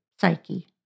psyche